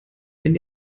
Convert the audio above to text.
wenn